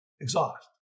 Exhaust